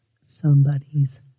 somebody's